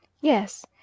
Yes